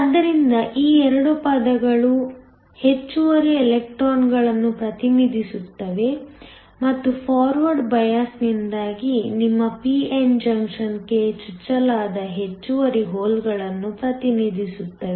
ಆದ್ದರಿಂದ ಈ 2 ಪದಗಳು ಹೆಚ್ಚುವರಿ ಎಲೆಕ್ಟ್ರಾನ್ಗಳನ್ನು ಪ್ರತಿನಿಧಿಸುತ್ತವೆ ಮತ್ತು ಫಾರ್ವಾಡ್ ಬಯಾಸ್ದಿಂದಾಗಿ ನಿಮ್ಮ p n ಜಂಕ್ಷನ್ಗೆ ಚುಚ್ಚಲಾದ ಹೆಚ್ಚುವರಿ ಹೋಲ್ಗಳನ್ನು ಪ್ರತಿನಿಧಿಸುತ್ತವೆ